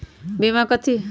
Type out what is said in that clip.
बीमा कथी है?